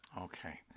okay